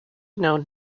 known